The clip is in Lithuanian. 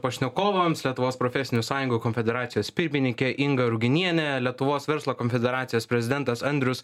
pašnekovams lietuvos profesinių sąjungų konfederacijos pirmininkė inga ruginienė lietuvos verslo konfederacijos prezidentas andrius